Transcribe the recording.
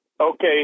Okay